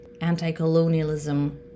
anti-colonialism